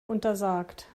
untersagt